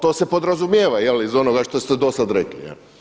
To se podrazumijeva iz onoga što ste dosada rekli.